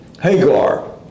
Hagar